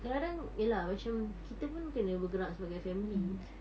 kadang-kadang macam ya lah kita pun kena bergerak sebagai family